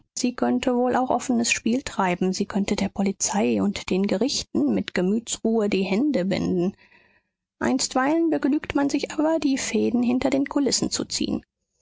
sie könnte wohl auch offenes spiel treiben sie könnte der polizei und den gerichten mit gemütsruhe die hände binden einstweilen begnügt man sich aber die fäden hinter den kulissen zu ziehen